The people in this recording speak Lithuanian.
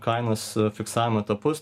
kainos fiksavimo etapus